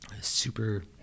super